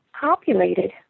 populated